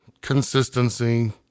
Consistency